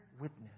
witness